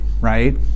right